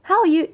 how you